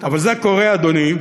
אבל זה קורה, אדוני,